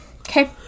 Okay